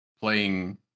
playing